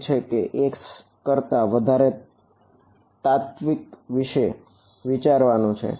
સંકેત એ છે કે એક કરતા વધારે તાત્વિ વિશે વિચારવું